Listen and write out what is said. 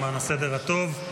בשביל הסדר הטוב,